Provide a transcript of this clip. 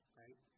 right